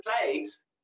plagues